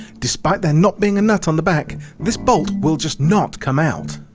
despite there not being a nut on the back this bolt will just not come out.